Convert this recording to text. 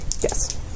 Yes